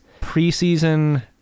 preseason